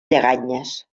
lleganyes